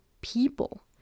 people